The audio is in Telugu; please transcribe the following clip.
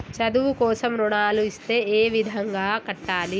చదువు కోసం రుణాలు ఇస్తే ఏ విధంగా కట్టాలి?